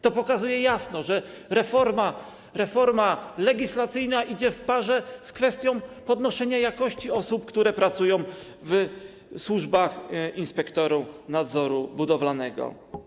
To pokazuje jasno, że reforma legislacyjna idzie w parze z kwestią podnoszenia jakości pracy osób, które pracują w służbach inspektorów nadzoru budowlanego.